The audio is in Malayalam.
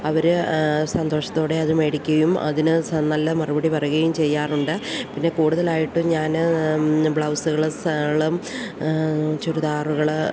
അവർ സന്തോഷത്തോടെ അത് മേടിക്കുകയും അതിന് നല്ല മറുപടി പറയുകയും ചെയ്യാറുണ്ട് പിന്നെ കൂടുതലായിട്ടും ഞാൻ ബ്ലൗസുകൾ ഷാളും ചുരിദാറുകൾ